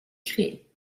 créée